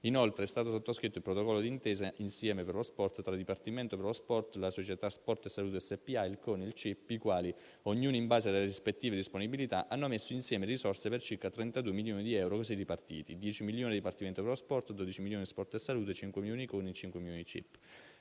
Inoltre, è stato sottoscritto il Protocollo d'intesa «Insieme per lo sport» tra Dipartimento per lo sport, la società Sport e Salute SpA, il CONI e il CIP i quali, ognuno in base alle rispettive disponibilità, hanno messo insieme risorse per circa 32 milioni di euro così ripartiti: 10 milioni Dipartimento per lo sport, 12 milioni Sport e Salute, 5 milioni CONI, 5 milioni CIP.